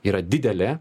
yra didelė